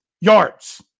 yards